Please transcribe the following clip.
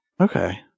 okay